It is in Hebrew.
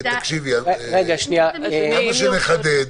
כמה שנחדד,